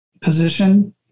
position